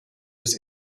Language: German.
bist